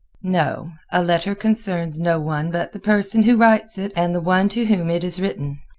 no a letter concerns no one but the person who writes it and the one to whom it is written.